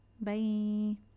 Bye